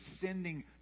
sending